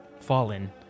fallen